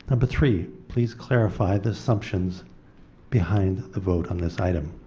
and but three please clarify the assumptions behind the vote on this item.